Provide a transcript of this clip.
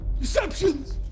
Deceptions